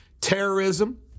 terrorism